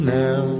now